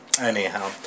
anyhow